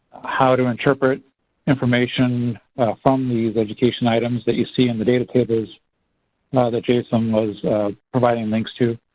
how to interpret information from these education items that you see in the data tables ah that jason was providing links to,